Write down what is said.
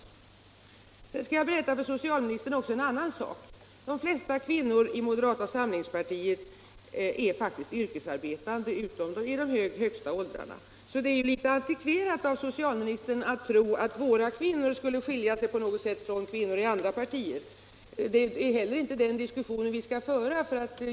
Sedan skall jag berätta också en annan sak för socialministern: De flesta kvinnor i moderata samlingspartiet är faktiskt yrkesarbetande, utom de i de allra högsta åldrarna. Det är litet antikverat av socialministern att tro att våra kvinnor skulle skilja sig på något sätt från kvinnor i andra partier. Det är heller inte den diskussionen vi skall föra.